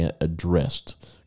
addressed